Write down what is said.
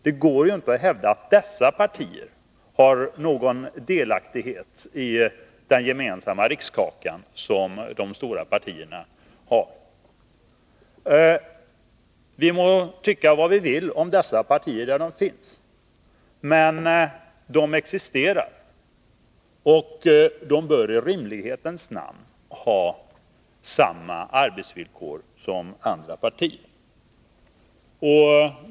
Det går inte att hävda att dessa partier har någon delaktighet i ett stort partis rikskaka! Vi må tycka vad vi vill om dessa partier, de existerar, och de bör i rimlighetens namn ha samma arbetsvillkor som andra partier.